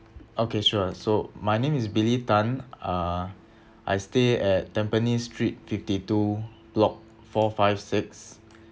okay sure so my name is billy tan uh I stay at tampines street fifty two block four five six